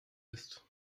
ist